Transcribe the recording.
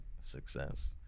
success